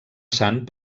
sant